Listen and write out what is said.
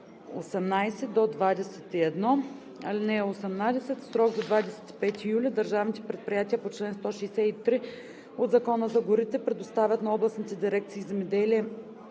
18 – 21: „(18) В срок до 25 юли държавните предприятия по чл. 163 от Закона за горите предоставят на областните дирекции „Земеделие“